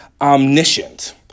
omniscient